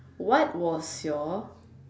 what was your